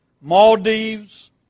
Maldives